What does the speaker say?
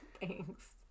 Thanks